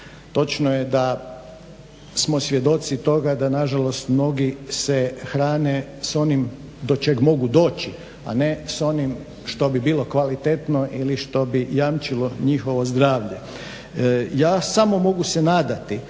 Točno je da smo svjedoci toga da nažalost mnogi se hrane s onim do čeg mogu doći, a ne s onim što bi bilo kvalitetno ili što bi jamčilo njihovo zdravlje. Ja samo mogu se nadati